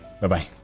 Bye-bye